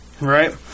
right